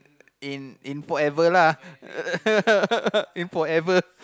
in in forever lah in forever